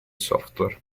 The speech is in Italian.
software